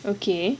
okay